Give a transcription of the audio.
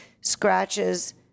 scratches